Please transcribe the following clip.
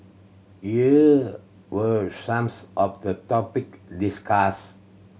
here were some of the topic discussed